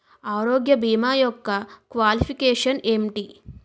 ఆరోగ్య భీమా యెక్క క్వాలిఫికేషన్ ఎంటి?